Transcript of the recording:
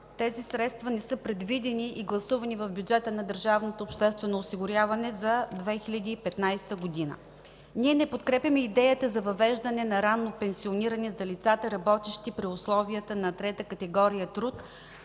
които средства не са предвидени и гласувани в Бюджета на Държавното обществено осигуряване за 2015 г. Ние не подкрепяме идеята за въвеждане на ранно пенсиониране за лицата, работещи при условията на трета категория труд